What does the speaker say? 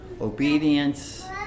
obedience